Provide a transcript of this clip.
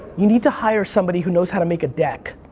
you need to hire somebody who knows how to make a deck.